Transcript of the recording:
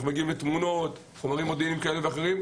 תמונות וחומרים מודיעיניים כאלה ואחרים.